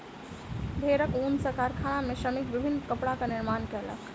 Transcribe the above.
भेड़क ऊन सॅ कारखाना में श्रमिक विभिन्न कपड़ाक निर्माण कयलक